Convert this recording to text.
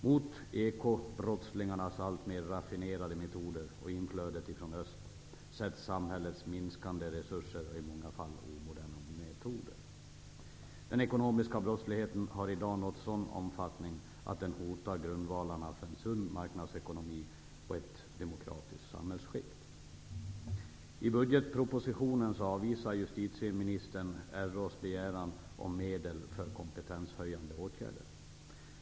Mot ekobrottslingarnas alltmer raffinerade metoder och inflödet från öst, sätts samhällets minskande resurser och i många fall omoderna metoder. Den ekonomiska brottsligheten har i dag nått en sådan omfattning att den hotar grundvalarna för en sund marknadsekonomi och det demokratiska samhällsskicket. I budgetpropositionen avvisar justitieministern Riksåklagarens begäran om medel för kompetenshöjande åtgärder.